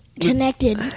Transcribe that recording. connected